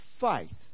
faith